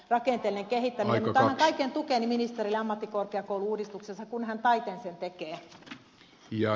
mutta annan kaiken tukeni ministerille ammattikorkeakoulu uudistuksessa kun hän taiten sen tekee